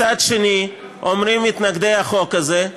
מצד שני, אומרים מתנגדי החוק הזה,